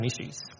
issues